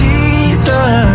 Jesus